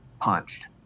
punched